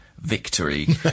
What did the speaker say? victory